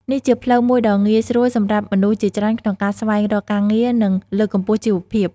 នេះជាផ្លូវមួយដ៏ងាយស្រួលសម្រាប់មនុស្សជាច្រើនក្នុងការស្វែងរកការងារ និងលើកកម្ពស់ជីវភាព។